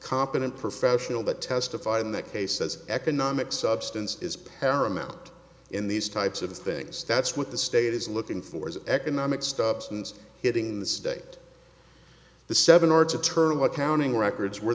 competent professional that testified in that case says economic substance is paramount in these types of things that's what the state is looking for is economic stops and hitting the state the seven are to turn accounting records were